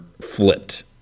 flipped